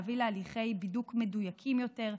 יביא להליכי בידוק מדויקים יותר,